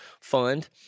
fund